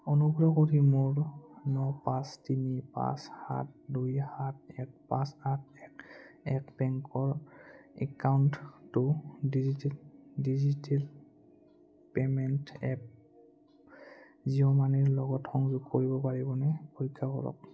অনুগ্ৰহ কৰি মোৰ ন পাঁচ তিনি পাঁচ সাত দুই সাত এক পাঁচ আঠ এক বেংকৰ একাউণ্টটো digital digital payment app Jio মানিৰ লগত সংযোগ কৰিব পাৰিবনে পৰীক্ষা কৰক